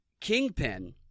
Kingpin